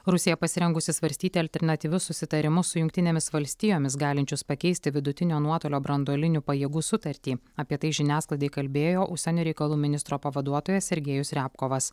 rusija pasirengusi svarstyti alternatyvius susitarimus su jungtinėmis valstijomis galinčius pakeisti vidutinio nuotolio branduolinių pajėgų sutartį apie tai žiniasklaidai kalbėjo užsienio reikalų ministro pavaduotojas sergejus repkovas